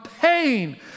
pain